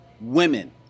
women